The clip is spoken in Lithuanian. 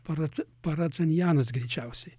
parat paradžanjanas greičiausiai